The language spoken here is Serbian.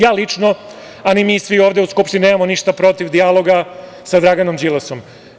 Ja lično, a ni mi svi ovde u Skupštini, nemamo ništa protiv dijaloga sa Draganom Đilasom.